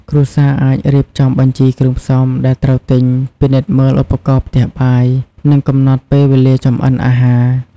គ្រួសារអាចរៀបចំបញ្ជីគ្រឿងផ្សំដែលត្រូវទិញ ពិនិត្យមើលឧបករណ៍ផ្ទះបាយ និងកំណត់ពេលវេលាចម្អិនអាហារ ។